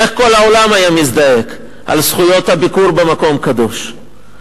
איך כל העולם היה מזדעק על זכויות הביקור במקום קדוש.